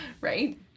right